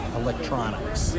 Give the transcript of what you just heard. electronics